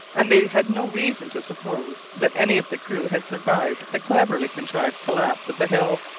and they had no reason to suppose that any of the crew had survived the cleverly contrived collapse of the hill.